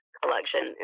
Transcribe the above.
collection